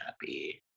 happy